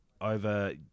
over